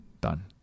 done